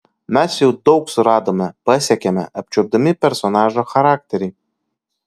mes jau daug suradome pasiekėme apčiuopdami personažo charakterį